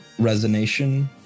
resonation